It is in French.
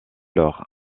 lors